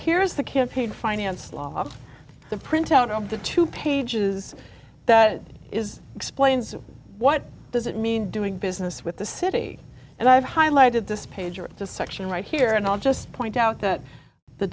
here's the campaign finance law the printout of the two pages that is explains what does it mean doing business with the city and i've highlighted this page or this section right here and i'll just point out that the